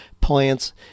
plants